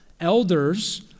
elders